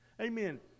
Amen